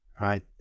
right